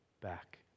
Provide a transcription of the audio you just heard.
back